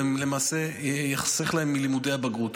ולמעשה ייחסך להם מלימודי הבגרות.